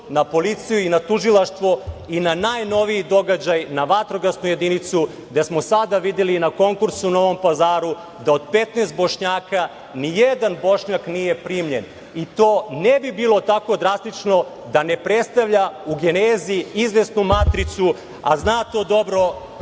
na policiju i na tužilaštvo i na najnoviji događaj, na vatrogasnu jedinicu, gde smo sada videli i na konkursu u Novom Pazaru da od 15 Bošnjaka nijedan Bošnjak nije primljen i to ne bi bilo tako drastično da ne predstavlja u genezi izvesnu matricu, a zna to jako